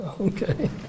okay